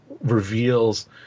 reveals